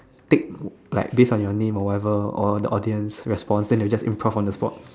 take like based on your name or whatever or the audience response and they will just improve on the spot